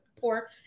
poor